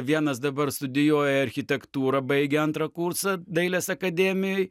vienas dabar studijuoja architektūrą baigia antrą kursą dailės akademijoj